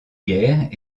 guerre